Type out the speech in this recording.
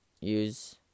use